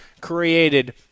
created